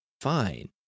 fine